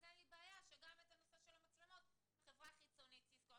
אין לי בעיה שגם את הנושא של המצלמות חברה חיצונית תבדוק.